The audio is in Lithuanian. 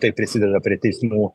tai prisideda prie teismų